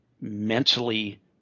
mentally